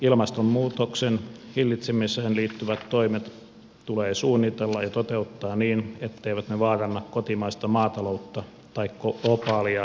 ilmastonmuutoksen hillitsemiseen liittyvät toimet tulee suunnitella ja toteuttaa niin etteivät ne vaaranna kotimaista maataloutta tai globaalia ruokaturvaa